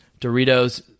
Doritos